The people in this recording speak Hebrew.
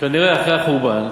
כנראה אחרי החורבן,